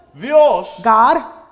God